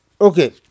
Okay